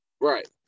Right